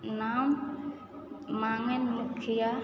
नाम माँगैन मुखिआ